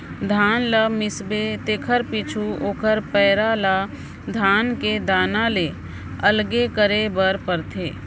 धान ल मिसबे तेकर पीछू ओकर पैरा ल धान के दाना ले अलगे करे बर परथे